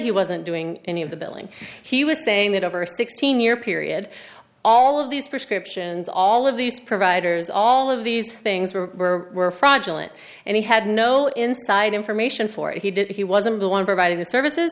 he wasn't doing any of the billing he was saying that over a sixteen year period all of these prescriptions all of these providers all of these things were fraudulent and he had no inside information for if he did he wasn't the one providing the services